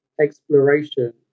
exploration